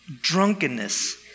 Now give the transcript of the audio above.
drunkenness